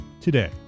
today